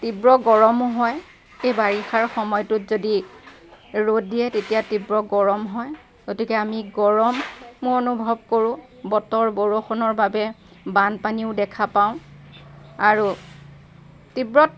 তীব্ৰ গৰমো হয় এই বাৰিষাৰ সময়টোত যদি ৰ'দ দিয়ে তেতিয়া তীব্ৰ গৰমো হয় গতিকে আমি গৰমো অনুভৱ কৰোঁ বতৰ বৰষুণৰ বাবে বানপানীও দেখা পাওঁ আৰু